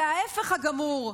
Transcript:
זה ההפך הגמור.